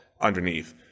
underneath